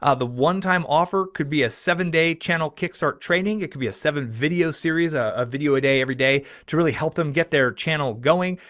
ah the one time offer could be a seven day channel kickstart training. it could be a seven video series, a a video a day, every day to really help them get their channel going.